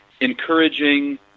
encouraging